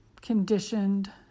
conditioned